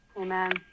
Amen